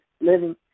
living